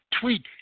Tweet